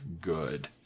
good